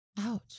Ouch